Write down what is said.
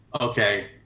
okay